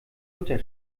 luther